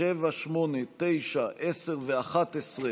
7, 8, 9, 10 ו-11,